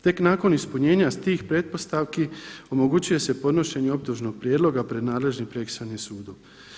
Tek nakon ispunjenja tih pretpostavki omogućuje se podnošenje optužnog prijedloga pred nadležnim prekršajnim sudom.